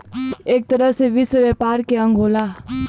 एक तरह से विश्व व्यापार के अंग होला